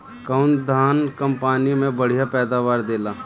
कौन धान कम पानी में बढ़या पैदावार देला?